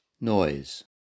noise